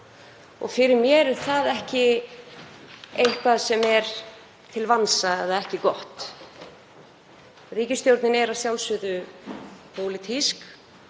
Fyrir mér er það ekki eitthvað sem er til vansa eða ekki gott. Ríkisstjórnin er að sjálfsögðu pólitísk